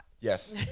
Yes